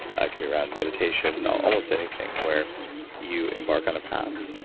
it can be around meditation, almost anything where you embark on a path,